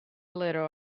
little